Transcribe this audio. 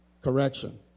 correction